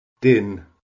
din